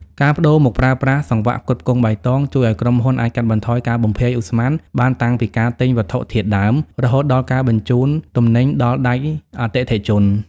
ការប្ដូរមកប្រើប្រាស់ "សង្វាក់ផ្គត់ផ្គង់បៃតង" ជួយឱ្យក្រុមហ៊ុនអាចកាត់បន្ថយការបំភាយឧស្ម័នបានតាំងពីការទិញវត្ថុធាតុដើម រហូតដល់ការបញ្ជូនទំនិញដល់ដៃអតិថិជន។